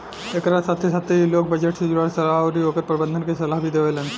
एकरा साथे साथे इ लोग बजट से जुड़ल सलाह अउरी ओकर प्रबंधन के सलाह भी देवेलेन